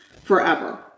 forever